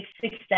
success